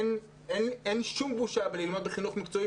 אין שום בושה בללמוד בחינוך מקצועי,